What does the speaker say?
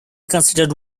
considered